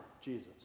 Jesus